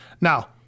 Now